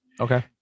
okay